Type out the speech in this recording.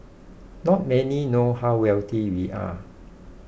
not many know how wealthy we are